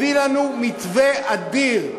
והביא לנו מתווה אדיר,